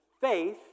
faith